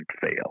fail